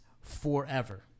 forever